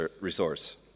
resource